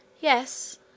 Yes